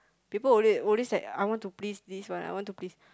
people always always like I want to please this one I want to please